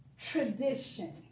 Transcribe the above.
tradition